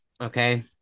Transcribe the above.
okay